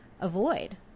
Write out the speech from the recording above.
avoid